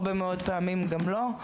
הרבה מאוד פעמים גם לא.